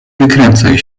wykręcaj